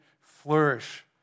flourish